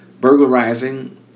burglarizing